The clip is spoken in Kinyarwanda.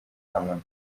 kamonyi